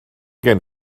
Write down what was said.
gen